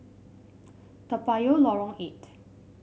Toa Payoh Lorong Eight